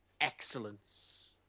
excellence